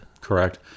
correct